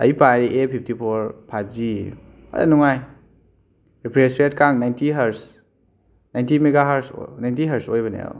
ꯑꯩ ꯄꯥꯏꯔꯤ A fifty four five G ꯐꯖꯅ ꯅꯨꯡꯉꯥꯏ ꯔꯤꯐ꯭ꯔꯦꯁ ꯔꯦꯠꯀ ninety hertz ninety mega hertz ninety hertz ꯑꯣꯏꯕꯅꯦ